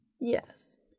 Yes